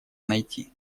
найти